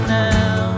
now